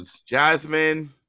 Jasmine